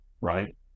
right